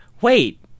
Wait